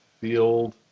Field